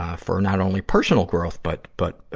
ah for not only personal growth, but, but, ah,